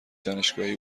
دانشگاهی